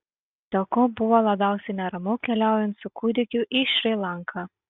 dėl ko buvo labiausiai neramu keliaujant su kūdikiu į šri lanką